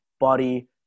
body